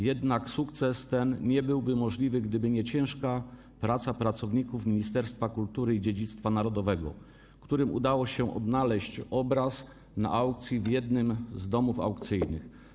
Jednak sukces ten nie byłby możliwy, gdyby nie ciężka praca pracowników Ministerstwa Kultury i Dziedzictwa Narodowego, którym udało się odnaleźć obraz na aukcji w jednym z domów aukcyjnych.